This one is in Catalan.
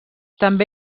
també